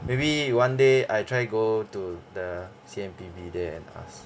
maybe one day I try go to the C_M_P_B there and ask